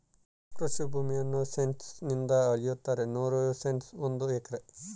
ಕೃಷಿ ಭೂಮಿಯನ್ನು ಸೆಂಟ್ಸ್ ನಿಂದ ಅಳೆಯುತ್ತಾರೆ ನೂರು ಸೆಂಟ್ಸ್ ಒಂದು ಎಕರೆ